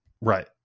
Right